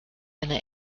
eine